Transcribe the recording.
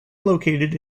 located